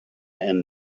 and